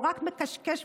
או רק מכשכש בזנב,